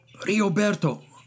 Rioberto